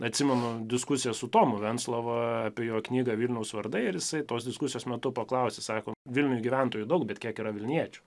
atsimenu diskusiją su tomu venclova apie jo knygą vilniaus vardai ir jisai tos diskusijos metu paklausė sako vilniuj gyventojų daug bet kiek yra vilniečių